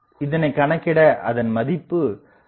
இதனைக் கணக்கிட அதன் மதிப்பு 10